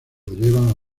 llevan